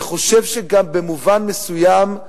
אני חושב שגם במובן מסוים,